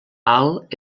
alt